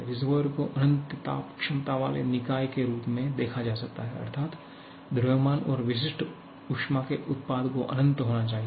reservoir को अनंत ताप क्षमता वाले निकाय के रूप में देखा जा सकता है अर्थात द्रव्यमान और विशिष्ट ऊष्मा के उत्पाद को अनंत होना चाहिए